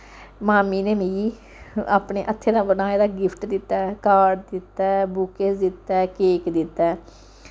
mummy ने मिगी अपने हत्थें दा बनाए दा गिफ्ट दित्ता ऐ कार्ड दित्ता ऐ बुक्केज दित्ता ऐ केक दित्ता ऐ